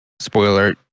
spoiler